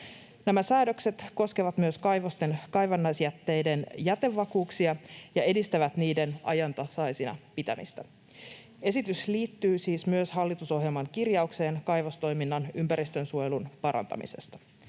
Nämä säädökset koskevat myös kaivosten kaivannaisjätteiden jätevakuuksia ja edistävät niiden ajantasaisina pitämistä. Esitys liittyy siis myös hallitusohjelman kirjaukseen kaivostoiminnan ympäristönsuojelun parantamisesta.